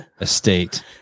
estate